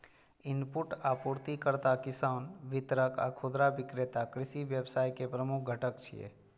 input आपूर्तिकर्ता, किसान, वितरक आ खुदरा विक्रेता कृषि व्यवसाय के प्रमुख घटक छियै